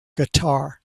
guitar